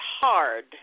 hard